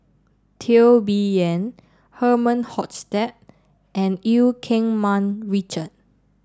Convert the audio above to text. Teo Bee Yen Herman Hochstadt and Eu Keng Mun Richard